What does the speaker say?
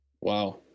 wow